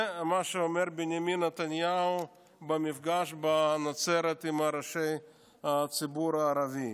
זה מה שאומר בנימין נתניהו במפגש בנצרת עם ראשי הציבור הערבי.